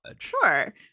Sure